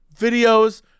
videos